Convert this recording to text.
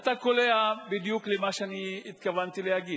אתה קולע בדיוק למה שאני התכוונתי להגיד.